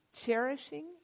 cherishing